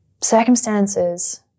Circumstances